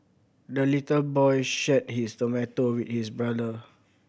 the little boy shared his tomato with his brother